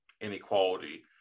inequality